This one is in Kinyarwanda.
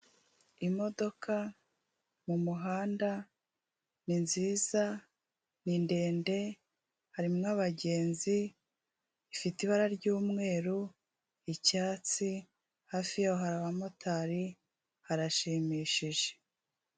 Imodoka mu muhanda ni nziza ni ndende harimo abagenzi, ifite ibara ry'umweru icyatsi hafi yaho hari aba motari harashimishije.